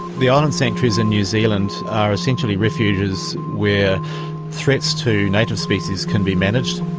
the island sanctuaries in new zealand are essentially refuges where threats to native species can be managed.